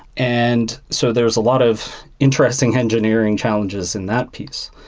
and so there is a lot of interesting engineering challenges in that piece.